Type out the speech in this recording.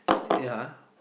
yea